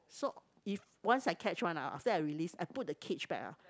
so if once I catch one ah after that I release I put the cage back ah